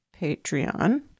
Patreon